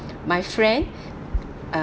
my friend uh